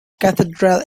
cathedral